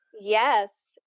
Yes